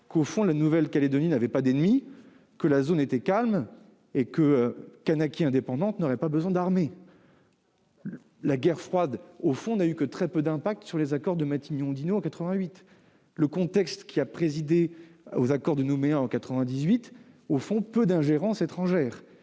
qu'au fond la Nouvelle-Calédonie n'avait pas d'ennemis, que la zone était calme et qu'une Kanaky indépendante n'aurait pas besoin d'armée. La guerre froide n'a eu que très peu d'impact sur les accords de Matignon-Oudinot en 1988. Le contexte qui a entouré les accords de Nouméa, en 1998, a peu souffert d'ingérences étrangères.